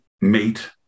mate